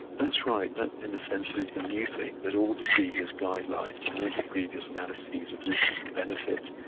that's right that in a sense is the new thing that all the previous guidelines and all the previous analyses of risk and benefit,